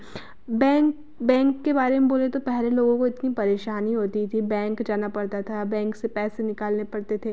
bank bank के बारे में बोलें तो पहले लोगों को इतनी परेशानी होती थी बैंक जाना पड़ता था बैंक से पैसे निकालने पड़ते थे